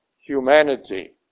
humanity